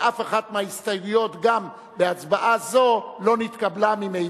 ואף אחת מההסתייגויות גם בהצבעה זו לא נתקבלה ממילא.